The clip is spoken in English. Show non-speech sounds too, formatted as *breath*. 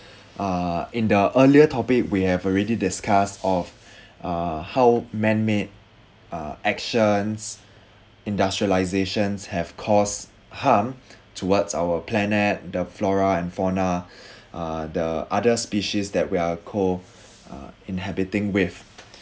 uh in the earlier topic we have already discussed of *breath* uh how man-made uh actions industrialisation have caused harm *breath* towards our planet the flora and fauna *breath* uh the other species that we are co uh inhabiting with